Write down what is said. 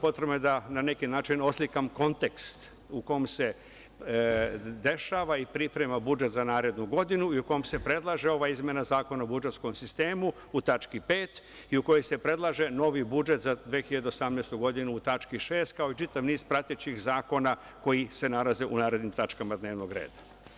Potrebno je da na neki način oslikam kontekst u kome se dešava i priprema budžet za narednu godinu i u kome se predlaže ova izmena Zakona o budžetskom sistemu u tački 5) i u kojoj se predlaže novi budžet za 2018. godinu u tački 6), kao i čitav niz pratećih zakona koji se nalaze u narednim tačkama dnevnog reda.